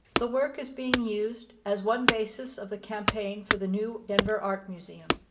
the work is being used as one basis of the campaign for the new denver art museum,